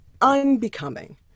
unbecoming